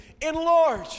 enlarge